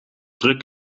druk